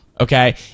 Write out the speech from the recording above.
Okay